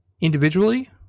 individually